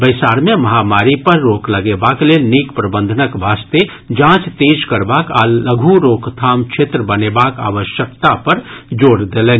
बैसार में महामारी पर रोक लगेबाक लेल नीक प्रबंधनक वास्ते जांच तेज करबाक आ लघु रोकथाम क्षेत्र बनेबाक आवश्यकता पर जोर देलनि